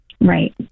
Right